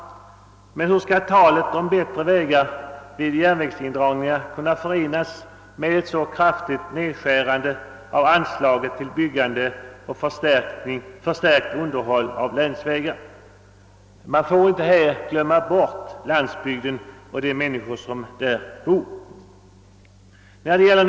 Hur skall talet om bättre vägar vid järnvägsindragningar kunna förenas med en så kraftig nedskärning av anslagen till byggande och förstärkt underhåll av länsvägar? Man får inte glömma bort landsbygden och de människor som bor där.